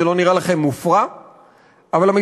זה לא נראה לכם מופרע?